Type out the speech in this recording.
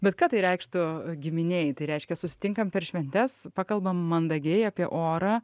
bet ką tai reikštų giminėj tai reiškia susitinkam per šventes pakalbam mandagiai apie orą